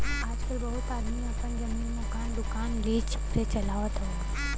आजकल बहुत आदमी आपन जमीन, मकान, दुकान लीज पे चलावत हउअन